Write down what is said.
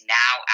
now